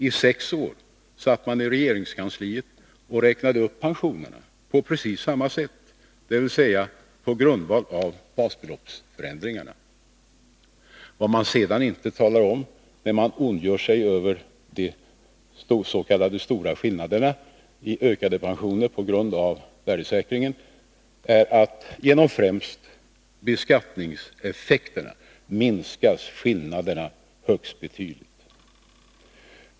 I sex år satt man i regeringskansliet och räknade upp pensionerna på precis samma sätt, dvs. på grundval av basbeloppsförändringarna. Vad man sedan inte talar om när man ondgör sig över de stora skillnaderna i ökade pensioner på grund av värdesäkringen är att genom främst beskattningseffekterna minskas skillnaderna högst betydligt.